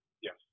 Yes